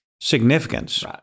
significance